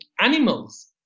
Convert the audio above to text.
animals